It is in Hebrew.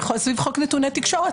סביב חוק נתוני תקשורת,